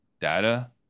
data